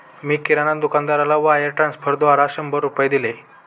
मी किराणा दुकानदाराला वायर ट्रान्स्फरद्वारा शंभर रुपये दिले